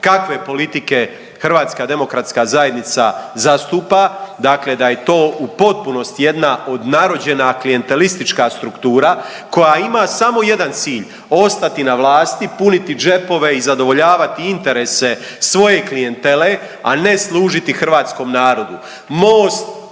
kakve politike HDZ zastupa, dakle da je to u potpunosti jedna odnarođena klijentelistička struktura koja ima samo jedan cilj, ostati na vlasti, puniti džepove i zadovoljavati interese svoje klijentele, a ne služiti hrvatskom narodu. Most